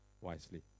wisely